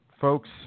folks